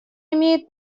имеет